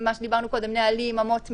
שדיברנו קודם, נהלים, אמות מידה.